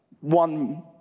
one